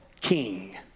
king